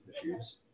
issues